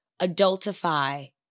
adultify